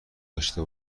داشته